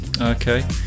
Okay